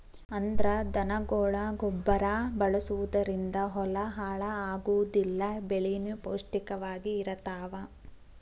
ಅಂದ್ರ ದನಗೊಳ ಗೊಬ್ಬರಾ ಬಳಸುದರಿಂದ ಹೊಲಾ ಹಾಳ ಆಗುದಿಲ್ಲಾ ಬೆಳಿನು ಪೌಷ್ಟಿಕ ವಾಗಿ ಇರತಾವ